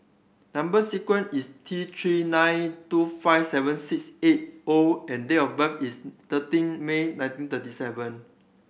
number sequence is T Three nine two five seven six eight O and date of birth is thirteen May nineteen thirty seven